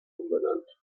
umbenannt